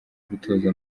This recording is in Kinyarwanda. gutoza